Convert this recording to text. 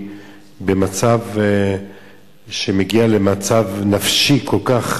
בהרזיה, שמגיעים למצב נפשי קשה כל כך